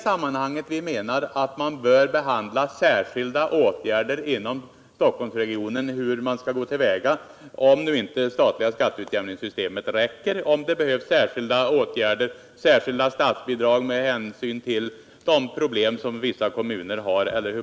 Vi menar att det är i det sammanhanget man bör ta upp frågan om särskilda åtgärder inom Stockholmsregionen om inte det statliga skatteutjämningssystemet räcker till, t.ex. särskilda statsbidrag med hänsyn till vissa kommuners problem.